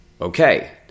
okay